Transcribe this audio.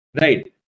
right